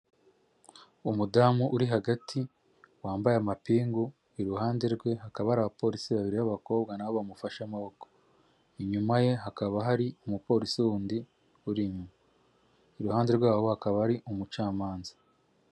Umudamu uri hagati wambaye amapingu, iruhande rwe hakaba hari abapolisi babiri b'abakobwa nabo bamufashe amaboko, inyuma ye hakaba hari umupolisi wundi uri inyuma, iruhande rwabo hakaba hari umucamanza.